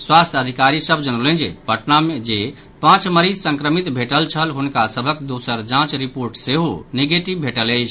स्वास्थ्य अधिकारी सभ जनौलनि जे पटना मे जे पांच मरीज संक्रमित भेटल छल हुनका सभक दोसर जांच रिपोर्ट सेहो निगेटिव भेटल अछि